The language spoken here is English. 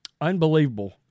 Unbelievable